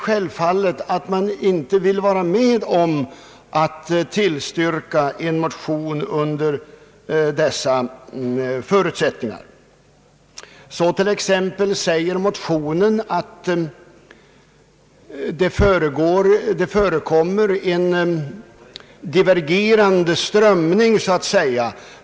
Självfallet vill man inte vara med om att tillstyrka en motion under sådana förutsättningar. I motionen sägs t.ex. att det förekommer två så att säga divergerande strömningar.